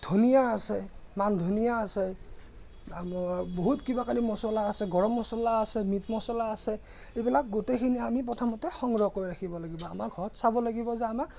ধনিয়া আছে মান ধনিয়া আছে বহুত কিবা কানি মছলা আছে গৰম মছলা আছে মিট মছলা আছে এইবিলাক গোটেইখিনি আমি প্ৰথমতে সংগ্ৰহ কৰি ৰাখিব লাগিব আমাৰ ঘৰত চাব লাগিব যে আমাৰ